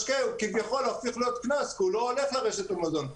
כביכול הופך להיות קנס כי הוא לא הולך לרשת המזון,